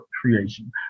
creation